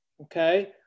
okay